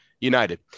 united